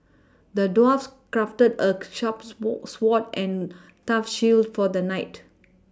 the dwarf crafted a sharp sword and tough shield for the knight